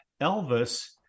Elvis